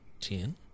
Ten